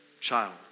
child